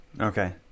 Okay